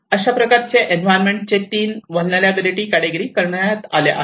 अशा प्रकारे एन्व्हायरमेंटचे 3 व्हलनेरलॅबीलीटी कॅटेगिरी करण्यात आल्या आहेत